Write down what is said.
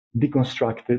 deconstructed